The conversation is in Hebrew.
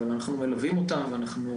אבל אנחנו מלווים אותם ואנחנו